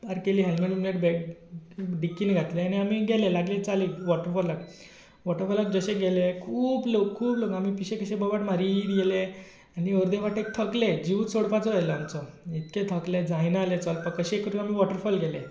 park केली helmet बिल्मेट डिकीनीं घातलें आनी गेले लागले चालीक वॉटरफोलाक वॉटरफोलाक जशे गेले खूब लोक खूब लोक आमी पिश्यां भशेन बोबाड मारीत गेले आनी अर्दे वाटेक थकले जिवच सोडपाचो जालो आमचो इतके थकले जायना जालेंं चलपाक कशेय करून आमी वॉटरफोलाक गेले